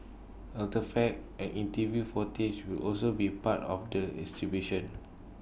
artefacts and interview footage will also be part of the exhibition